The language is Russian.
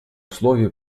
условия